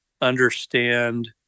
understand